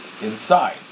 inside